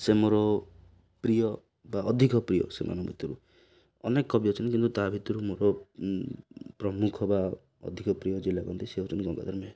ସେ ମୋର ପ୍ରିୟ ବା ଅଧିକ ପ୍ରିୟ ସେମାନଙ୍କ ଭିତରୁ ଅନେକ କବି ଅଛନ୍ତି କିନ୍ତୁ ତା' ଭିତରୁ ମୋର ପ୍ରମୁଖ ବା ଅଧିକ ପ୍ରିୟ ଯେ ଲାଗନ୍ତି ସେ ହେଉଛନ୍ତି ଗଙ୍ଗାଧର ମେହେର